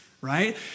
right